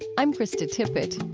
i'm krista tippett.